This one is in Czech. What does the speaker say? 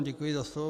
Děkuji za slovo.